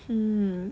hmm